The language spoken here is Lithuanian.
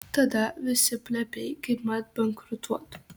tada visi plepiai kaipmat bankrutuotų